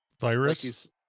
virus